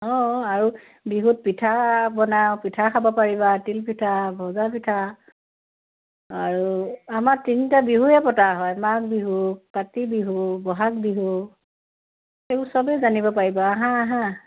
অঁ আৰু বিহুত পিঠা বনাওঁ পিঠা খাব পাৰিবা তিলপিঠা ভজা পিঠা আৰু আমাৰ তিনিটা বিহুৱে পতা হয় মাঘ বিহু কাতি বিহু বহাগ বিহু সেইবোৰ সবেই জানিব পাৰিবা আহা আহা